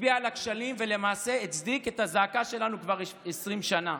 הצביע על הכשלים ולמעשה הצדיק את הזעקה שלנו כבר 20 שנה.